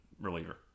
reliever